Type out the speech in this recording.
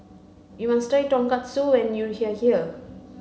you must try Tonkatsu when you are here